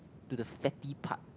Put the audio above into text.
to the fatty part